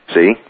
See